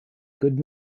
good